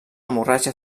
hemorràgia